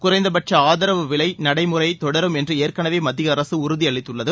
குறைந்தபட்ச ஆதரவு விலை நடைமுறை தொடரும் என்று ஏற்கனவே மத்திய அரசு உறுதி அளித்துள்ளது